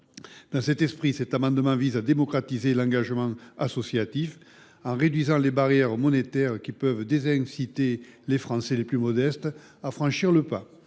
Dans cet esprit, cet amendement vise à démocratiser l’engagement associatif en réduisant les barrières monétaires qui peuvent dissuader les Français les plus modestes de sauter le pas.